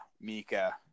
Mika